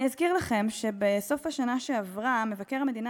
אני אזכיר לכם שבסוף השנה שעברה אמר מבקר המדינה